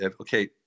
Okay